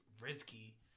risky